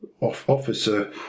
officer